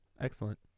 Excellent